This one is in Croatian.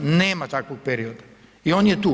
Nema takvog perioda i on je tu.